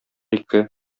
ике